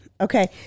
Okay